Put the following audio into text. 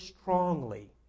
strongly